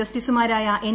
ജസ്റ്റിസുമാരായ എൻ